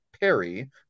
Perry